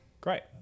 Great